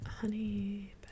honey